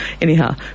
anyhow